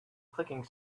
clicking